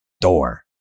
door